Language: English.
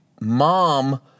mom